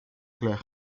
claire